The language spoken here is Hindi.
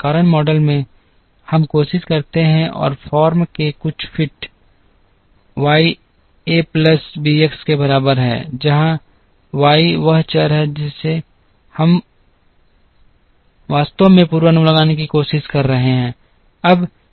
कारण मॉडल में हम कोशिश करते हैं और फॉर्म के कुछ फिट y एक प्लस b x के बराबर है जहां y वह चर है जिसे हम वास्तव में पूर्वानुमान लगाने की कोशिश कर रहे हैं